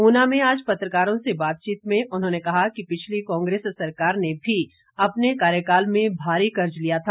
ऊना में आज पत्रकारों से बातचीत में उन्होंने कहा कि पिछली कांग्रेस सरकार ने भी अपने कार्यकाल में भारी कर्ज लिया था